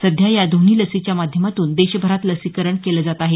सध्या या दोन्ही लसीच्या माध्यमातून देशभरात लसीकरण केलं जात आहे